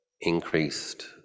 increased